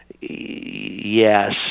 yes